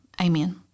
amen